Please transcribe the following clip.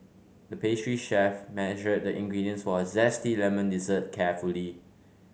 the pastry chef measured the ingredients for a zesty lemon dessert carefully